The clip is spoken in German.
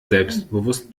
selbstbewusst